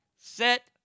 set